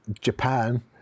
Japan